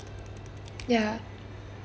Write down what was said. ya